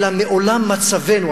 אלא מעולם מצבנו,